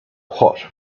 hot